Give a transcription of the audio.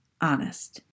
honest